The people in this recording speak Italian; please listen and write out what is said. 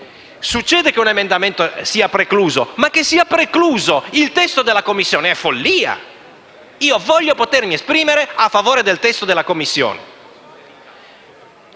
succedere che un emendamento sia precluso, ma che sia precluso il testo della Commissione è follia - ma a favore del testo della Commissione.